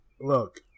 look